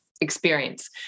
experience